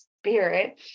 spirit